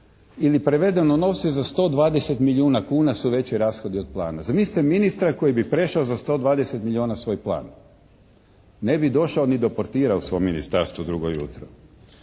ili prevedeno novci za 120 milijuna kuna su veći rashodi od plana. Zamislite ministra koji bi prešao za 120 milijuna svoj plan. Ne bi došao ni do portira u svome ministarstvu drugo jutro.